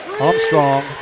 Armstrong